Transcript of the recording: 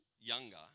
younger